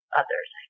others